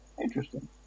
interesting